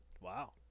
Wow